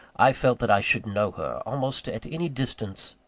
i felt that i should know her, almost at any distance,